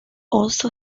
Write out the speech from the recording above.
also